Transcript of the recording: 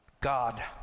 God